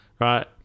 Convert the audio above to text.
right